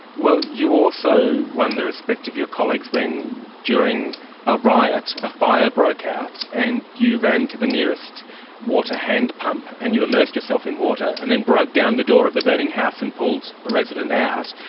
well, you also won the respect of your colleagues when, during a riot a fire broke out and you ran to the nearest water hand pump and you immersed yourself in water and then broke down the door of the burning house and pulled a resident out.